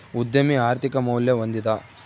ಉದ್ಯಮಿ ಆರ್ಥಿಕ ಮೌಲ್ಯ ಹೊಂದಿದ